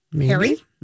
Harry